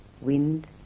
wind